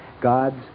God's